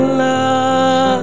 love